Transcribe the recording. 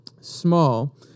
small